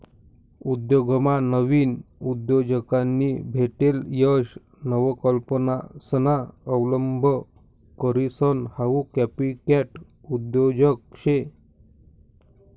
उद्योगमा नाविन उद्योजकांनी भेटेल यश नवकल्पनासना अवलंब करीसन हाऊ कॉपीकॅट उद्योजक शे